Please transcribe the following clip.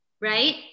Right